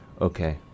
Okay